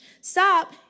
Stop